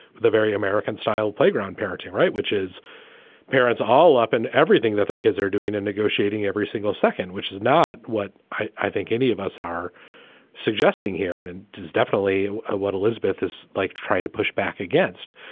the very american style playground parenting. right. which is parents all up and everything that their kids are doing and negotiating every single second, which is not what i think any of us are suggesting here and and is definitely ah what elizabeth is like trying to push back against.